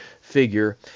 figure